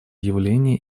явления